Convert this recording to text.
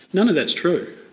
none of that is true.